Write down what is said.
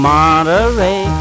Monterey